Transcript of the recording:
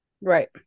Right